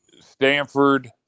Stanford –